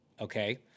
okay